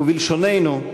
ובלשוננו: